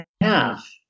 half